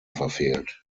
verfehlt